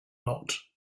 lot